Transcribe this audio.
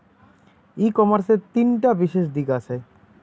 ই কমার্সের তিনটা বিশেষ দিক আছে